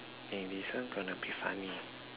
maybe this one gonna be funny